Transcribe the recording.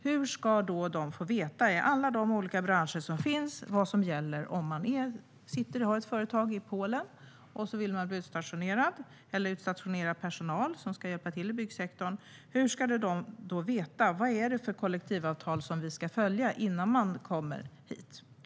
Hur ska man i alla olika branscher veta vad det är för kollektivavtal som gäller om man har ett företag i Polen och vill utstationera personal som ska hjälpa till i byggsektorn här? Hur ska man veta vilka kollektivavtal man ska följa innan man kommer hit?